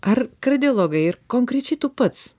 ar kardiologai ir konkrečiai tu pats